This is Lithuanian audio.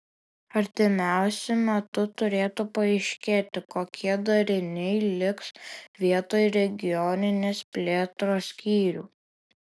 artimiausiu metu turėtų paaiškėti kokie dariniai liks vietoj regioninės plėtros skyrių